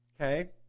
Okay